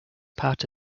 part